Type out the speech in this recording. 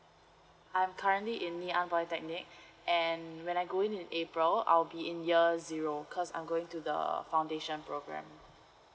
I'm currently in ngee ann technique and when I go in in april I'll be in year zero cause I'm going to the foundation program